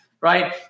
right